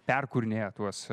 perkurinėja tuos